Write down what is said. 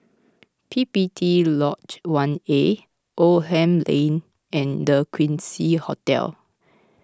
P P T Lodge one A Oldham Lane and the Quincy Hotel